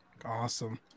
Awesome